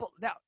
Now